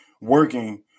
working